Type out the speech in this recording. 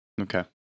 Okay